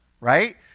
right